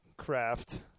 craft